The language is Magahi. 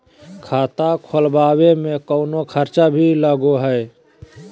खाता खोलावे में कौनो खर्चा भी लगो है?